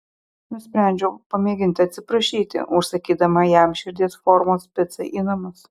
nusprendžiau pamėginti atsiprašyti užsakydama jam širdies formos picą į namus